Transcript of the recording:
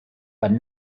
but